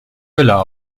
villa